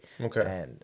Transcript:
Okay